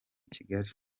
kigali